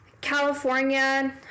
California